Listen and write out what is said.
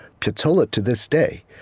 piazzolla, to this day,